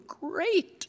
great